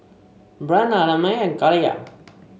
Breanne Ellamae and Kaliyah